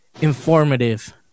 informative